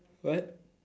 what